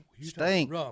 stink